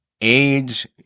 aids